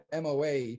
MOA